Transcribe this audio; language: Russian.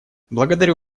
благодарю